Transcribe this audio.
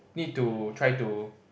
need to try to